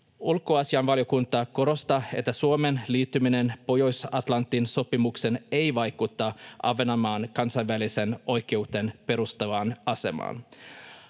Ulkoasiainvaliokunta korostaa, että Suomen liittyminen Pohjois-Atlantin sopimukseen ei vaikuta Ahvenanmaan kansainväliseen oikeuteen perustuvaan asemaan.